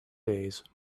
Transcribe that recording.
days